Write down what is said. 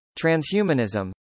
Transhumanism